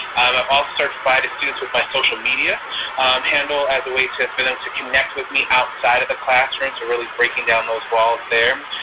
i've also started providing students with my social media handle as a way to that's for them to connect with me outside of the classroom, so really breaking down those walls there.